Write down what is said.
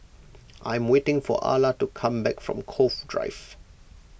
I am waiting for Alla to come back from Cove Drive